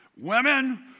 Women